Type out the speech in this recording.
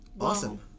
awesome